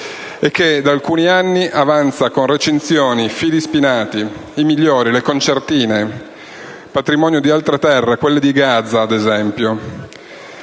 E che da alcuni anni avanza con recinzioni, fili spinati (i migliori), le concertine, patrimonio di altre terre, quelle di Gaza, ad esempio.